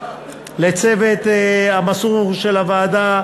לצוות המסור של הוועדה,